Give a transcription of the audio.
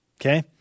Okay